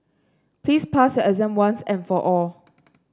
please pass your exam once and for all